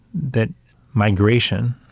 that migration,